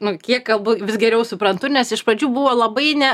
nu kiek kalbu vis geriau suprantu nes iš pradžių buvo labai ne